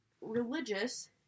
religious